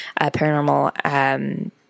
paranormal